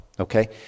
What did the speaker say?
Okay